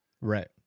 Right